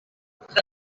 que